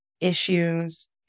issues